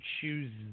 choose